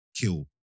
kill